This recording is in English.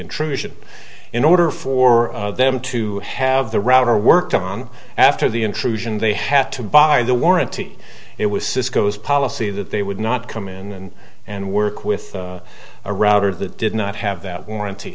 intrusion in order for them to have the router worked on after the intrusion they had to buy the warranty it was cisco's policy that they would not come in and work with a router that did not have that warranty